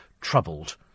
Troubled